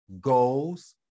goals